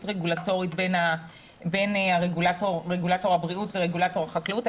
רגולטורית בין רגולטור הבריאות ורגולטור החקלאות.